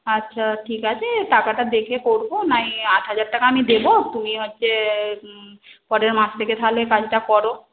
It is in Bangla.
আচ্ছা ঠিক আছে টাকাটা দেখে করব নয় আট হাজার টাকা আমি দেব তুমি হচ্ছে পরের মাস থেকে তাহলে কাজটা করো